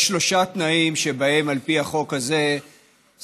יש שלושה תנאים שבהם על פי החוק הזה שר